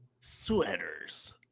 sweaters